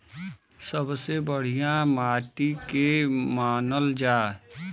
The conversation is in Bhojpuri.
सबसे बढ़िया माटी के के मानल जा?